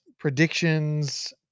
predictions